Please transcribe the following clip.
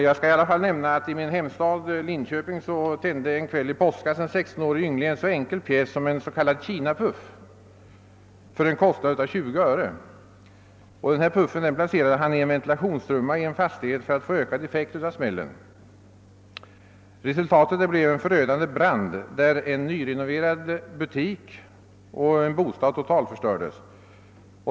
Jag skall i alla fall nämna, att i min hemstad Linköping tände en kväll i påskas en 16-årig yngling en så enkel pjäs som en s.k. Kina-puff för en kostnad av 20 öre. Han placerade puffen i en ventilationstrumma i en fastighet för att få ökad effekt av smällen. Resultatet blev en förödande brand, varvid en nyrenoverad butik och bostad totalförstördes.